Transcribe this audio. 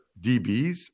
DBs